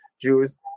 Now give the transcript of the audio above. Jews